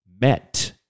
Met